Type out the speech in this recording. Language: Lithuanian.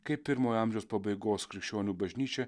kaip pirmojo amžiaus pabaigos krikščionių bažnyčia